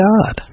God